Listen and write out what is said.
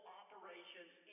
operations